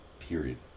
Period